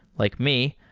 like me,